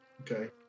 Okay